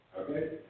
Okay